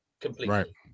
completely